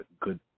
good